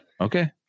Okay